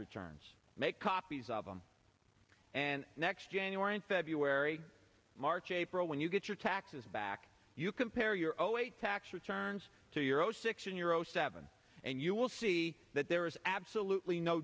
returns make copies of them and next january and february march april when you get your taxes back you compare your own way tax returns to your zero six year old seven and you will see that there is absolutely no